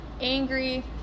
angry